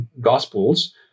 Gospels